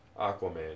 Aquaman